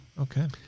okay